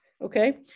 Okay